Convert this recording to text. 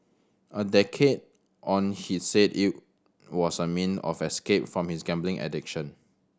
a decade on he said it was a mean of escape from his gambling addiction